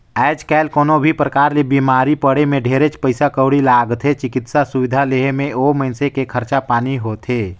आयज कायल कोनो भी परकार ले बिमारी पड़े मे ढेरेच पइसा कउड़ी लागथे, चिकित्सा सुबिधा लेहे मे ओ मइनसे के खरचा पानी होथे